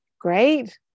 great